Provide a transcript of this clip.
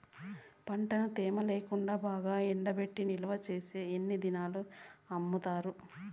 పంటను తేమ లేకుండా బాగా ఎండబెట్టి నిల్వచేసిన ఎన్ని దినాలకు అమ్ముతారు?